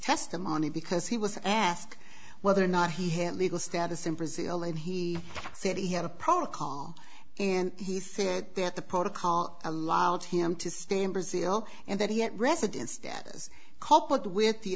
testimony because he was asked whether or not he hit legal status in brazil and he said he had a protocol and he said that the protocol allowed him to stay in brazil and that he at resident status copeland with the